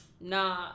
Nah